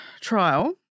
trial